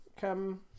Come